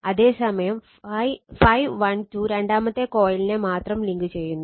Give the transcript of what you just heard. അതെ സമയം ∅12 രണ്ടാമത്തെ കോയിലിനെ മാത്രം ലിങ്ക് ചെയ്യുന്നു